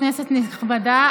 כנסת נכבדה,